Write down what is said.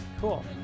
cool